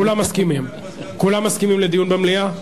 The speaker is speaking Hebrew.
כולם מסכימים לדיון במליאה?